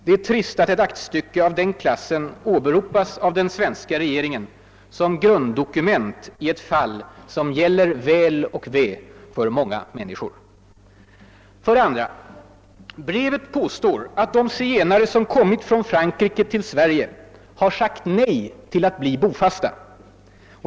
Det är trist att ett aktstycke av den klassen åberopas av den svenska regeringen som grunddokument i ett fall som gäller väl och ve för många människor. 2) Brevet påstår att de zigenare som kommit från Frankrike till Sverige har sagt nej till att bli bofasta.